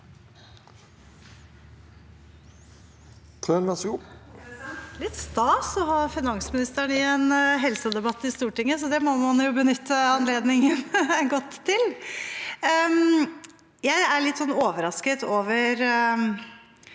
litt stas å ha finansministeren i en helsedebatt i Stortinget, så da må man jo benytte anledningen godt. Jeg er litt overrasket over